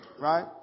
right